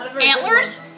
Antlers